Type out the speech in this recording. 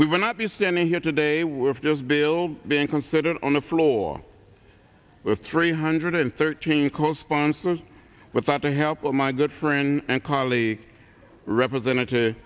we will not be standing here today we're just bill being considered on the floor with three hundred thirteen co sponsors without the help of my good friend and colleague representative